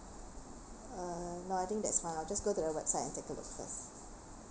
uh no I think that's fine I'll just go to the website and take a look first